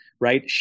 right